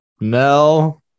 Mel